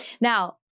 Now